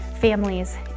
families